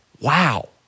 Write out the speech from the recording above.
Wow